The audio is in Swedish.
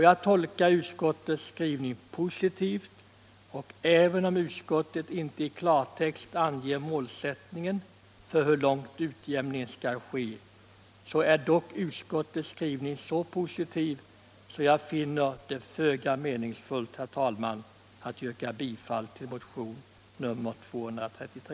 Jag tolkar utskottets skrivning positivt, och även om utskottet inte i klartext anger målsättningen för hur långt utjämningen skall ske är dock utskottets skrivning så positiv att jag finner det föga meningsfullt att yrka bifall till motionen 233.